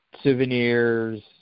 souvenirs